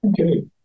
Okay